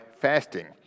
fasting